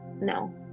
no